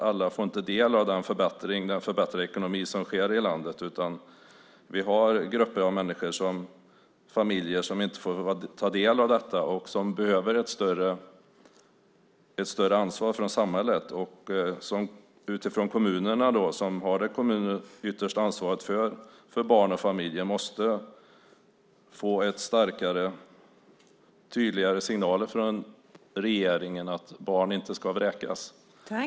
Alla får inte del av den förbättrade ekonomin i landet. Det finns grupper av människor och familjer som inte får ta del av detta och som samhället behöver ta ett större ansvar för. Det är kommunerna som har det yttersta ansvaret för barn och familjer, och de måste få starkare och tydligare signaler från regeringen att barn inte ska vräkas.